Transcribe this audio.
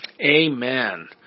Amen